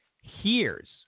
hears